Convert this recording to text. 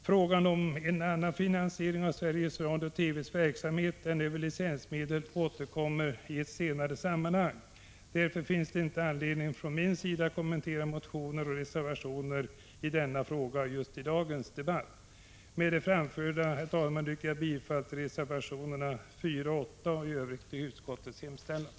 Frågan om en annan finansiering av Sveriges Radio/TV:s verksamhet än över licensmedel återkommer i ett senare sammanhang. Därför finns det inte anledning för mig att kommentera motioner och reservationer i den frågan just i dagens debatt. Med det framförda, herr talman, yrkar jag bifall till reservationerna 4 och 8 och i övrigt till utskottets hemställan.